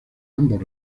ambos